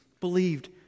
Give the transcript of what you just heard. believed